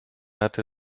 hatte